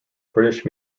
british